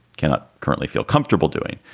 cannot currently feel comfortable doing.